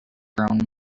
own